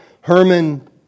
Herman